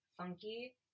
funky